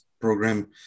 program